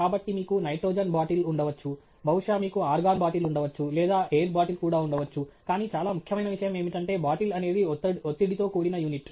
కాబట్టి మీకు nitrogen bottle ఉండవచ్చు బహుశా మీకు ఆర్గాన్ బాటిల్ ఉండవచ్చు లేదా ఎయిర్ బాటిల్ కూడా ఉండవచ్చు కానీ చాలా ముఖ్యమైన విషయం ఏమిటంటే బాటిల్ అనేది ఒత్తిడితో కూడిన యూనిట్